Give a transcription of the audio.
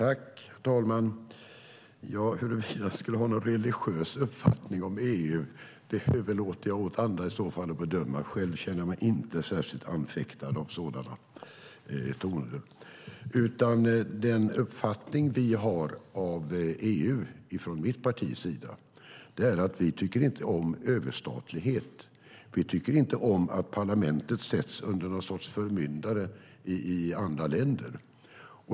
Herr talman! Huruvida jag skulle ha en religiös uppfattning om EU överlåter jag åt andra att bedöma; själv känner jag mig inte särskilt anfäktad av sådant. Den uppfattning vi har av EU från mitt partis sida är att vi inte tycker om överstatlighet. Vi tycker inte om att parlamentet sätts under någon sorts förmyndare i andra länder.